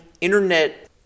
Internet